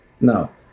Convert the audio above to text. No